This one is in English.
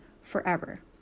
forever